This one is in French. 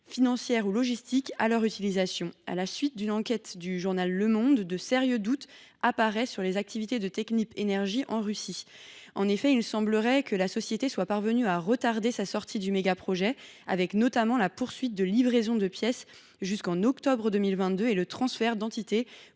financière ou logistique à leur utilisation ». À la suite d’une enquête du journal, de sérieux doutes sont apparus sur les activités du groupe Technip Energies en Russie. En effet, il semblerait que la société soit parvenue à retarder sa sortie du mégaprojet, notamment avec la poursuite de la livraison de pièces jusqu’au mois d’octobre 2022 et le transfert d’entités